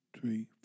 three